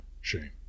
shame